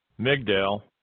Migdal